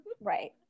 right